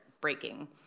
breaking